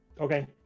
okay